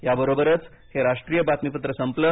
या बरोबरच राष्ट्रीय बातमीपत्र संपलं